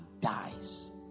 dies